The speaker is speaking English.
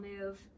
move